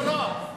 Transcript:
לא, לא, לא.